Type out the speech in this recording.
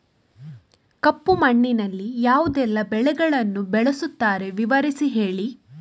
ಕಪ್ಪು ಮಣ್ಣಿನಲ್ಲಿ ಯಾವುದೆಲ್ಲ ಬೆಳೆಗಳನ್ನು ಬೆಳೆಸುತ್ತಾರೆ ವಿವರಿಸಿ ಹೇಳಿ